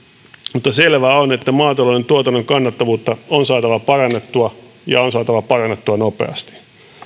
mutta selvää on että maatalouden tuotannon kannattavuutta on saatava parannettua ja on saatava parannettua nopeasti